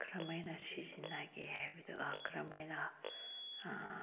ꯀꯔꯝ ꯍꯥꯏꯅ ꯁꯤꯖꯤꯟꯅꯒꯦ ꯍꯥꯏꯕꯗꯨ ꯀꯔꯝ ꯍꯥꯏꯅ